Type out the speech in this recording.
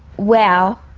wow,